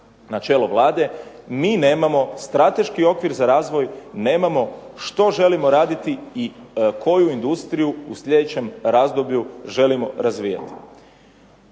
premijerkom, mi nemamo strateški okvir za razvoj, nemamo što želimo raditi i koju industriju u sljedećem razdoblju želimo razvijati.